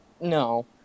No